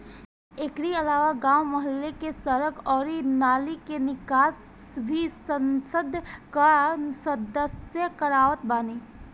एकरी अलावा गांव, मुहल्ला के सड़क अउरी नाली के निकास भी संसद कअ सदस्य करवावत बाने